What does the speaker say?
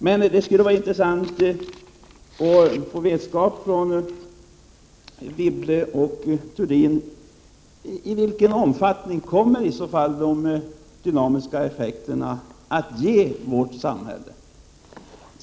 Men det skulle vara intressant att få besked från Anne Wibble och Görel Thurdin: Vilken omfattning kommer de dynamiska effekterna att få för vårt samhälle?